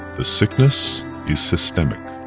the sickness is systemic.